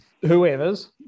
whoever's